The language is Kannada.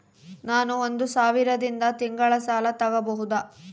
ನಾನು ಒಂದು ಸಾವಿರದಿಂದ ತಿಂಗಳ ಸಾಲ ತಗಬಹುದಾ?